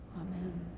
Amen